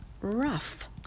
rough